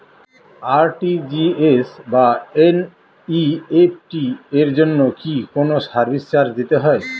RTGS বা NEFT এর জন্য কি কোনো সার্ভিস চার্জ দিতে হয়?